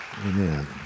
Amen